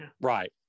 right